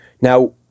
Now